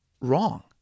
Wrong